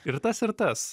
ir tas ir tas